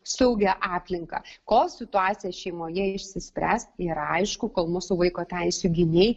saugią aplinką kol situacija šeimoje išsispręs ir aišku kol mūsų vaiko teisių gynėjai